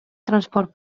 transport